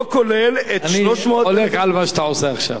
לא כולל ה-300, אני חולק על מה שאתה עושה עכשיו.